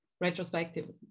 retrospectively